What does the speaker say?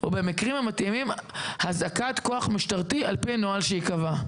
ובמקרים המתאימים הזעקת כוח משטרתי על פי נוהל שייקבע,